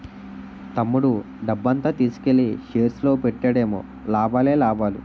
తమ్ముడు డబ్బంతా తీసుకెల్లి షేర్స్ లో పెట్టాడేమో లాభాలే లాభాలు